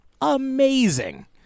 amazing